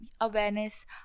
awareness